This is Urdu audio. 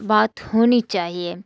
بات ہونی چاہیے